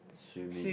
swimming